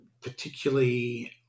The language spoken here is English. Particularly